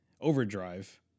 overdrive